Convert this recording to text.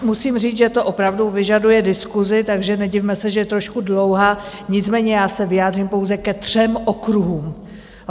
Musím říct, že to opravdu vyžaduje diskusi, takže nedivme se, že je trošku dlouhá, nicméně já se vyjádřím pouze ke třem okruhům.